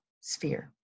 sphere